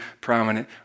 prominent